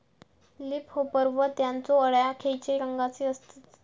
Leaf hopper व त्यानचो अळ्या खैचे रंगाचे असतत?